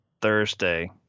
Thursday